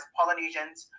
Polynesians